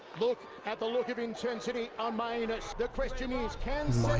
look at the look of intensity on mainus. the question is can.